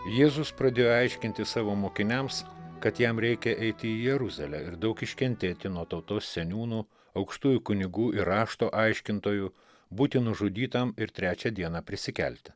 jėzus pradėjo aiškinti savo mokiniams kad jam reikia eiti į jeruzalę ir daug iškentėti nuo tautos seniūnų aukštųjų kunigų ir rašto aiškintojų būti nužudytam ir trečią dieną prisikelti